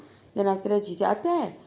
then after that she say athai